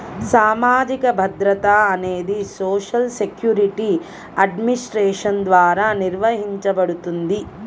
సామాజిక భద్రత అనేది సోషల్ సెక్యూరిటీ అడ్మినిస్ట్రేషన్ ద్వారా నిర్వహించబడుతుంది